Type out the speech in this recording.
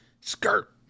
Skirt